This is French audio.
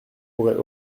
pourrait